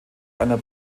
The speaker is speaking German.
einer